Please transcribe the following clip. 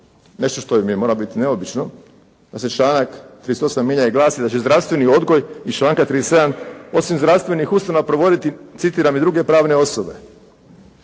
nešto što mora biti neobično da se članak 38. mijenja i glasi da će zdravstveni odgoj iz članka 37. osim zdravstvenih ustanova provoditi, citiram, i druge pravne osobe.